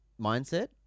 mindset